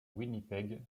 winnipeg